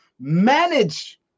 manage